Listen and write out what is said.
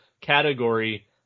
category